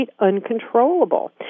uncontrollable